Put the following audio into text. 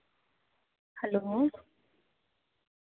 hello